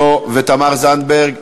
לא, ותמר זנדברג,